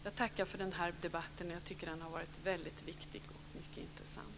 Jag tackar för den här debatten som jag tycker är väldigt viktig och som var mycket intressant.